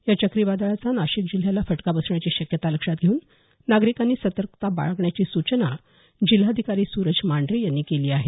या चक्री वादळाचा नाशिक जिल्ह्याला फटका बसण्याची शक्यता लक्षात घेऊन नागरिकांनी सतर्कता बाळगण्याची सूचना जिल्हाधिकारी सुरज मांढरे यांनी केली आहे